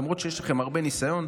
למרות שיש לכם הרבה ניסיון,